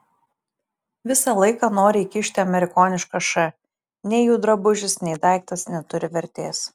visą laiką nori įkišti amerikonišką š nei jų drabužis nei daiktas neturi vertės